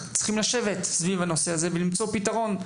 צריכים לשבת סביב הנושא הזה ולמצוא פתרון.